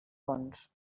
bons